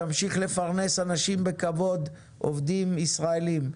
תמשיך לפרנס אנשים בכבוד, עובדים ישראלים.